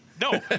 No